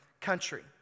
country